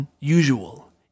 unusual